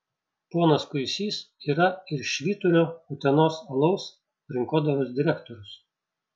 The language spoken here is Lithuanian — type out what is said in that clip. ponas kuisys yra ir švyturio utenos alaus rinkodaros direktorius